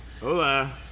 Hola